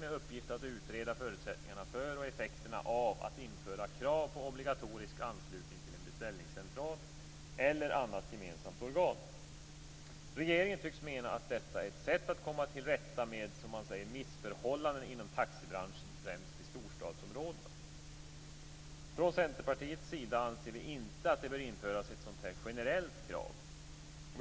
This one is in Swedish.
med uppgift att utreda förutsättningarna för och effekterna av att införa krav på obligatorisk anslutning till en beställningscentral eller annat gemensamt organ. Regeringen tycks mena att detta är ett sätt att, som man säger, komma till rätta med missförhållanden inom taxibranschen, främst i storstadsområdena. Vi i Centerpartiet anser inte att ett sådant generellt krav behöver införas.